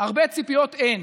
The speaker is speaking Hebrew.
הרבה ציפיות אין,